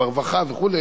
ברווחה וכו',